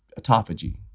autophagy